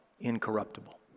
incorruptible